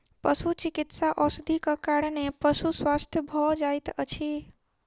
पशुचिकित्सा औषधिक कारणेँ पशु स्वस्थ भ जाइत अछि